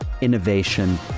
innovation